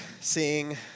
seeing